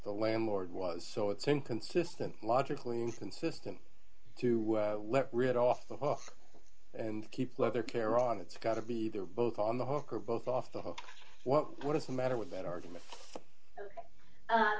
the landlord was so it's inconsistent logically inconsistent to let rid off the off and keep leather care on it's got to be there both on the hook or both off the hook what is the matter with that argument